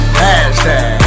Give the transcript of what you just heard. hashtag